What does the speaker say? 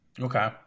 Okay